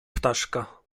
ptaszka